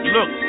Look